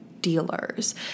dealers